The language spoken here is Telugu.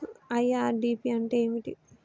ఐ.ఆర్.డి.పి అంటే ఏమిటి?